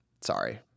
Sorry